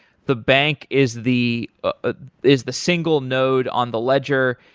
the bank is the ah is the single node on the ledger,